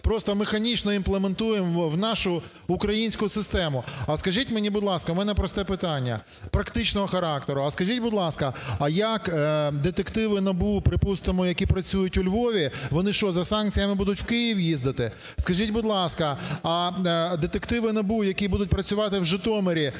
просто механічно імплементуємо в нашу в українську систему. А скажіть мені, будь ласка, в мене просте питання практичного характеру. А скажіть, будь ласка, як детективи НАБУ, припустимо, які працюють у Львові, вони що, за санкціями будуть в Київ їздити? Скажіть, будь ласка, детективи НАБУ, які будуть працювати в Житомирі,